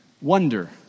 wonder